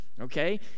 okay